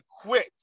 quit